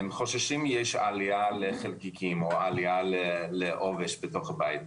הם חוששים שיש עלייה בחלקיקים או בעובש בתוך הבית,